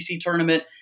tournament